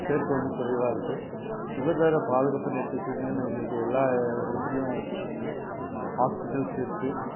சேர்க்கை வந்து குறைவாக இருக்கு சுகாதார பாதுகாப்புன்னு எடுத்துக்கிட்டிங்கனா இன்றைக்கி எல்லா எடத்லேயும் ஆஸ்பிட்டல்ஸ் இருக்கு